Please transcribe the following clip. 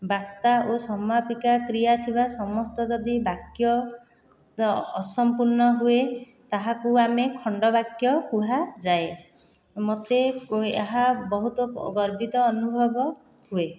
ବାର୍ତ୍ତା ଓ ସମାପିକା କ୍ରିୟା ଥିବା ସମସ୍ତ ଯଦି ବାକ୍ୟ ଅସମ୍ପୂର୍ଣ୍ଣ ହୁଏ ତାହାକୁ ଆମେ ଖଣ୍ଡବାକ୍ୟ କୁହାଯାଏ ମୋତେ ଏହା ବହୁତ ଗର୍ବିତ ଅନୁଭବ ହୁଏ